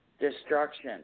destruction